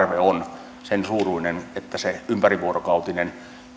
tarve on sen suuruinen että se ympärivuorokautinen